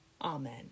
Amen